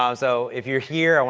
um so if you're here,